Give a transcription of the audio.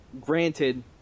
granted